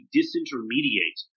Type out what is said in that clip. disintermediate